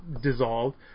dissolved